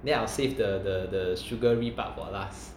then I will save the the the sugary part for last